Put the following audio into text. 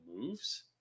moves